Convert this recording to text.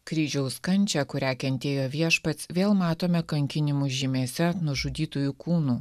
kryžiaus kančią kurią kentėjo viešpats vėl matome kankinimų žymėse nužudytųjų kūnų